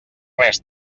res